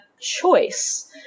choice